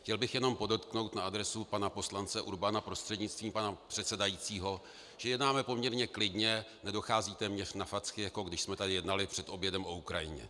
Chtěl bych jenom podotknout na adresu pana poslance Urbana prostřednictvím pana předsedajícího, že jednáme poměrně klidně, nedochází téměř na facky, jako když jsme tady jednali před obědem o Ukrajině.